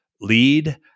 lead